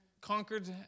conquered